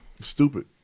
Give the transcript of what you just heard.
Stupid